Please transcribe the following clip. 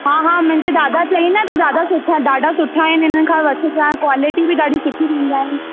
हा हा मुंहिंजे दादा चयई न त दादा सुठा ॾाढा सुठा आहिनि हिन खां वठजांइ कॉलिटी बि ॾाढी सुठी ॾींदा आहिनि